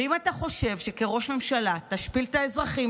ואם אתה חושב שכראש ממשלה תשפיל את האזרחים